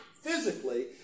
physically